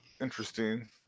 interesting